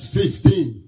fifteen